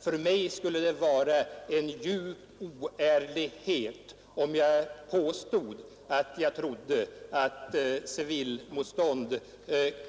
För mig skulle det vara en djup oärlighet, om jag påstod att jag trodde att civilmotstånd